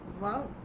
Wow